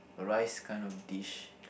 a rice kind of dish